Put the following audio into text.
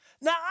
Now